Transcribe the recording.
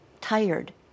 tired